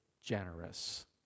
generous